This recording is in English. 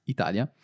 Italia